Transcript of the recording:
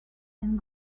and